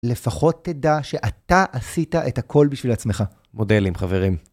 לפחות תדע שאתה עשית את הכל בשביל עצמך. מודלים, חברים.